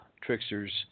tricksters